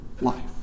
life